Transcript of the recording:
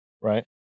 Right